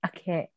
Okay